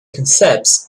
concepts